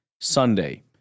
Sunday